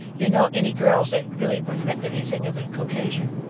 you know, any girls that really reflected anything other than caucasian.